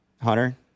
Hunter